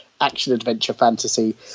action-adventure-fantasy